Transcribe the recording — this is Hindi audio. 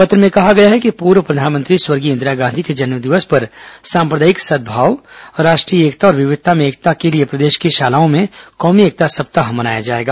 पत्र में कहा गया है कि प्रधानमंत्री स्वर्गीय इंदिरा गांधी के जन्मदिवस पर साम्प्रदायिक सद्भाव राष्ट्रीय एकता और विविघता पूर्व में एकता के लिए प्रदेश की शालाओं में कौमी एकता सप्ताह मनाया जाएगा